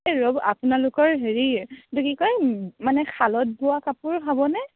এ ৰ'ব আপোনালোকৰ হেৰি এইটো কি কয় মানে শালত বোৱা কাপোৰ হ'বনে